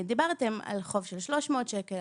דיברתם על חוב של 300 שקלים,